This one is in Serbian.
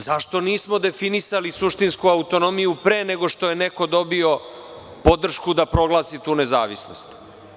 Zašto nismo definisali suštinsku autonomiju pre nego što je neko dobio podršku da proglasi tu nezavisnost?